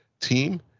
team